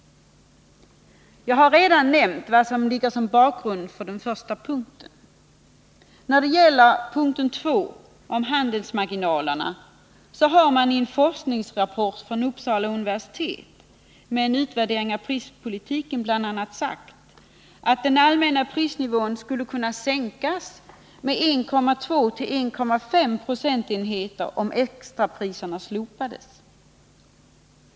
Jag har redan nämnt vad som ligger bakom punkt 1. Beträffande punkt 2, om handelsmarginalerna, kan jag nämna att man i en forskningsrapport från Uppsala universitet med en utvärdering av prispolitiken bl.a. sagt att den allmänna prisnivån skulle kunna sänkas med 1,2-1,5 procentenheter, om extrapriserna slopades.